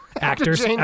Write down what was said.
actors